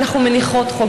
אנחנו מניחות חוק,